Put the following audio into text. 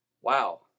Wow